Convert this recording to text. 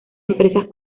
empresas